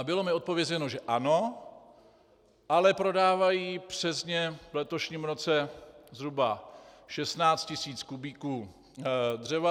Bylo mi odpovězeno že ano, ale prodávají přes ně v letošním roce zhruba 16 tisíc kubíků dřeva.